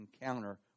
encounter